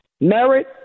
Merit